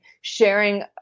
sharing